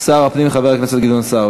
שר הפנים חבר הכנסת גדעון סער.